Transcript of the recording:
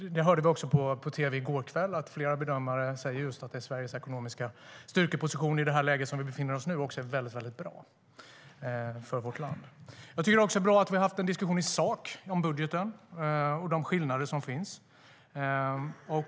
Vi hörde också på tv i går kväll att flera bedömare säger just att Sveriges ekonomiska styrkeposition i det läge som vi befinner oss i nu är väldigt bra för vårt land. Jag tycker också att det är bra att vi har haft en diskussion i sak om budgeten och de skillnader som finns.